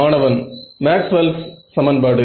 மாணவன் மேக்ஸ்வெல்ஸ் சமன்பாடு